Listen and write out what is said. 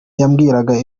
yambwiraga